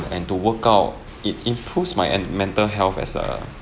and to work out it improves my en~ mental health as a